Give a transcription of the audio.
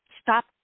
Stop